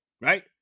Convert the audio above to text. Right